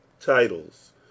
titles